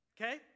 Okay